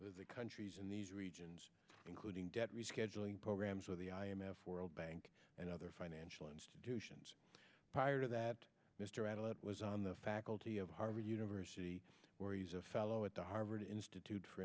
with countries in these regions including debt rescheduling programs with the i m f world bank and other financial institutions prior to that mr adelman was on the faculty of harvard university where he's a fellow at the harvard institute for